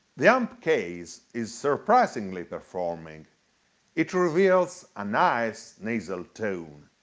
the amp-case is surprisingly performing it reveals a nice, nasal tone.